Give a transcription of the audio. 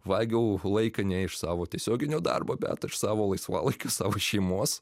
vagiau laiką ne iš savo tiesioginio darbo bet aš savo laisvalaikio savo šeimos